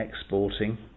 exporting